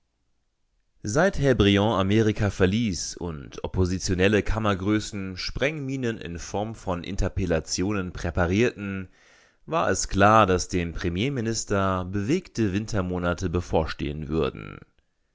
seit herr briand amerika verließ und oppositionelle kammergrößen sprengminen in form von interpellationen präparierten war es klar daß dem premierminister bewegte wintermonate bevorstehen würden